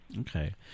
Okay